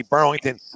Burlington